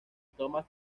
thomas